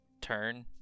turn